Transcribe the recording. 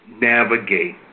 navigate